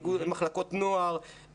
מחלקות נוער,